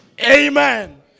Amen